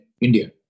India